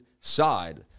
side